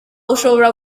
ushobora